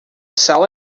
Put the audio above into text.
sell